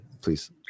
please